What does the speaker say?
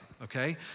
Okay